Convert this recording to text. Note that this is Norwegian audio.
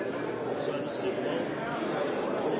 president